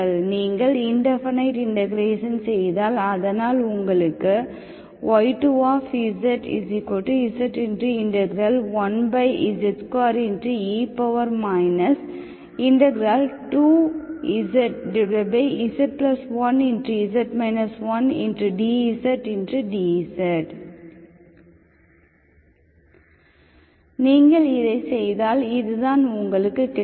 நீங்கள் indefinite integration செய்தால் அதனால் உங்களுக்கு y2zz 1z2e 2zz1z 1dzdz நீங்கள் இதைச் செய்தால் இதுதான் உங்களுக்குக் கிடைக்கும்